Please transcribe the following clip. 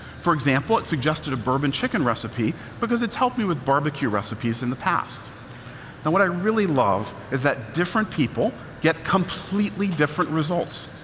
for example, it suggested a bourbon chicken recipe, because it's helped me with barbecue recipes in the past. now what i really love is that different people get completely different results.